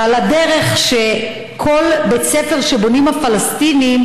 ועל הדרך, לכל בית ספר שבונים הפלסטינים.